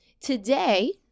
today